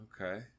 Okay